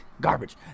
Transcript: Garbage